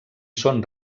són